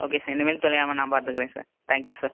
okay sir இனிமேல் தொலையாமல் நான் பார்த்துக்குறேன் சார் தேங்க் யூ சார்